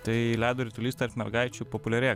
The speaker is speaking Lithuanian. tai ledo ritulys tarp mergaičių populiarėja